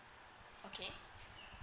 okay